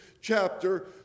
chapter